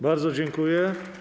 Bardzo dziękuję.